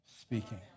Speaking